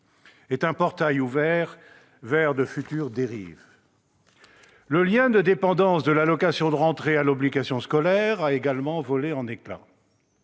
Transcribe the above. est un portail ouvert sur de futures dérives. Le lien de dépendance de l'allocation de rentrée à l'obligation scolaire a également volé en éclats.